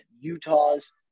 Utah's